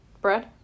Bread